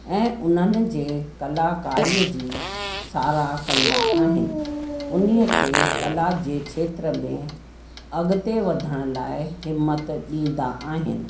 ऐं उन्हनि जे कलाकारीअ जी सारा कंदा आहिनि उन्हीअ खे कला जे खेत्र में अॻते वधण लाइ हिम्मत ॾींदा आहिनि